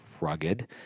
Rugged